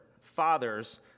Fathers